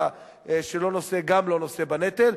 שגם לא נושא בנטל.